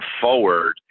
forward